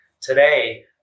today